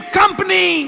company